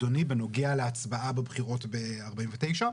אדוני, בנוגע להצבעה בבחירות ב-1949.